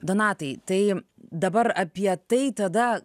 donatai tai dabar apie tai tada